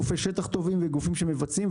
גופי שטח טובים וגופים שמבצעים,